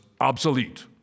obsolete